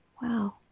Wow